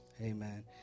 Amen